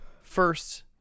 first